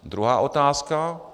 Druhá otázka.